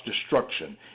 destruction